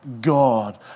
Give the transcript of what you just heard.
God